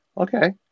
Okay